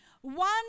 One